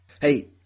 Hey